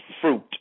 fruit